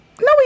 No